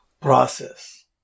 process